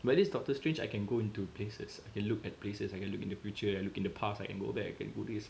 but this doctor strange I can go into places I can look at places I can look in the future I can look in the past I can go back and do this